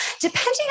depending